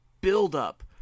buildup